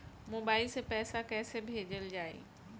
Mobile से पैसा कैसे भेजल जाइ?